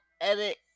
edit